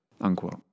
unquote